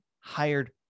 hired